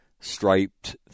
striped